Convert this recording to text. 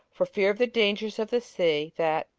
for fear of the dangers of the sea, that,